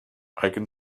can